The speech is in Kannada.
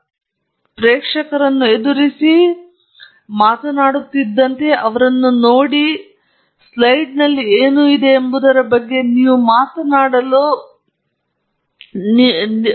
ನೀವು ಪ್ರೇಕ್ಷಕರನ್ನು ಎದುರಿಸಬೇಕಾಗಿದೆ ನೀವು ಮಾತನಾಡುವಂತೆ ನೀವು ಅವರನ್ನು ನೋಡಬೇಕು ಆದ್ದರಿಂದ ಸ್ಲೈಡ್ನಲ್ಲಿ ಏನು ಇದೆ ಎಂಬುದರ ಬಗ್ಗೆ ನೀವು ಮಾತನಾಡಲು ಯಾವ ಪರಿಕಲ್ಪನೆಯ ಬಗ್ಗೆ ಪಾಯಿಂಟರ್ಸ್ ಇರಬೇಕು ಮತ್ತು ನಂತರ ನೀವು ವಿವರಿಸಬಹುದು ಆ ಸಮಯದಲ್ಲಿ ನೀವು ಸಂವಾದಾತ್ಮಕವಾಗಿ ವಿವರಿಸುತ್ತೀರಿ